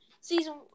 season